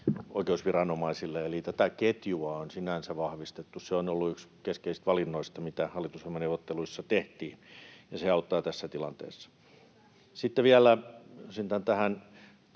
oikeusviranomaisille, eli tätä ketjua on sinänsä vahvistettu. Se on ollut yksi keskeisistä valinnoista, mitä hallitusohjelmaneuvotteluissa tehtiin, ja se auttaa tässä tilanteessa. [Oikealta: Hyvä